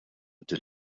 din